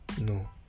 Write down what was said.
no